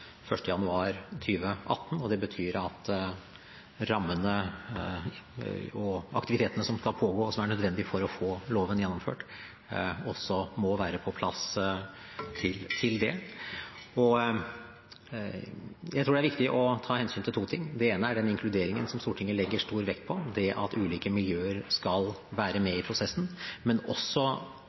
januar 2018, og det betyr at rammene og aktivitetene som skal pågå, og som er nødvendige for å få loven gjennomført, også må være på plass til da. Jeg tror det er viktig å ta hensyn til to ting. Det ene er den inkluderingen som Stortinget legger stor vekt på, det at ulike miljøer skal være med i prosessen.